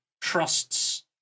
trusts